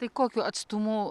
tai kokiu atstumu